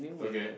okay